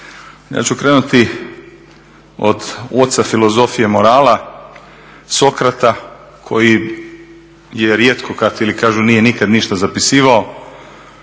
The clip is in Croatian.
Ja ću krenuti od oca filozofije morala, Sokrata koji je rijetko ili kažu nije nikad ništa zapisivao